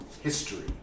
history